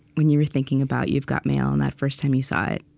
when you were thinking about you've got mail and that first time you saw it?